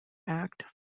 act